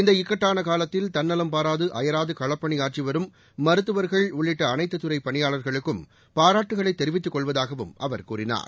இந்த இக்கட்டான காலத்தில் தன்னலம் பாராது அயராது களப்பணி ஆற்றி வரும் மருத்துவர்கள் உள்ளிட்ட அனைத்துத்துறை பணியாளர்களுக்கும் பாராட்டுக்களைத் தெரிவித்துக் கொள்வதாகவும் அவர் கூறினார்